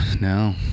No